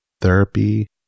therapy